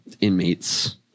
inmates